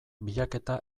bilaketa